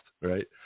Right